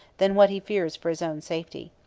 than what he fears for his own safety.